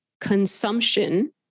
consumption